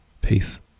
Peace